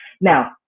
now